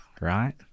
right